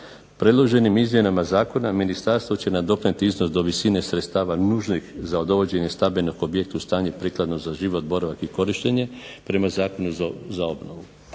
Predloženim izmjenama zakona ministarstvo će nadoknaditi iznos do visine sredstava nužnih za dovođenje stambenog objekta u stanje prikladno za život, boravak i korištenje, prema Zakonu za obnovu.